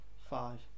five